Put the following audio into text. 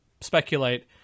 speculate